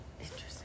interesting